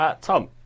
Tom